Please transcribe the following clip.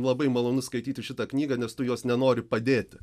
labai malonu skaityti šitą knygą nes tu jos nenori padėti